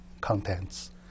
contents